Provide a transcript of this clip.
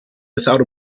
without